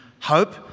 hope